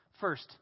First